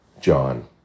John